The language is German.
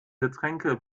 getränke